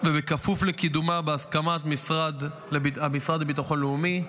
ובכפוף לקידומה בהסכמת המשרד לביטחון לאומי,